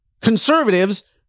conservatives